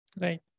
Right